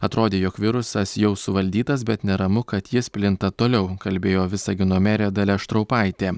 atrodė jog virusas jau suvaldytas bet neramu kad jis plinta toliau kalbėjo visagino merė dalia štraupaitė